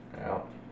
Out